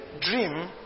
dream